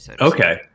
Okay